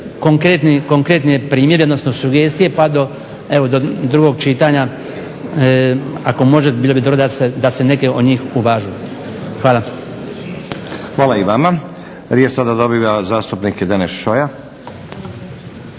konkretni primjeri odnosno sugestije pa do drugog čitanja ako može bilo bi dobro da se neke od njih uvaže. Hvala. **Stazić, Nenad (SDP)** Hvala i vama. Riječ sada dobiva zastupnik Deneš Šoja.